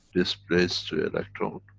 this place to electron,